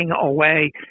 away